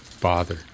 bother